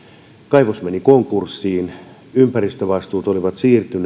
kaivos meni konkurssiin ja ympäristövastuut olivat siirtyneet